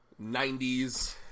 90s